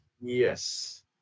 Yes